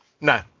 No